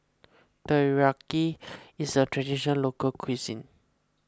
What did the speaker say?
Teriyaki is a Traditional Local Cuisine